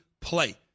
play